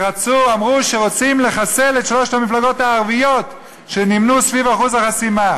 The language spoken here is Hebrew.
אמרו שרוצים לחסל את שלוש המפלגות הערביות שנעו סביב אחוז החסימה,